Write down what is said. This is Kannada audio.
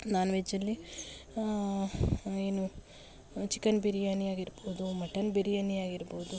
ನಾನ್ ವೆಜ್ ಅಲ್ಲಿ ಏನು ಚಿಕನ್ ಬಿರಿಯಾನಿ ಆಗಿರ್ಬೋದು ಮಟನ್ ಬಿರಿಯಾನಿ ಆಗಿರ್ಬೋದು